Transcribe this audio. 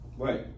Right